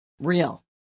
real